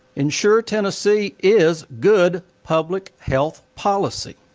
insure tennessee is good public health policy.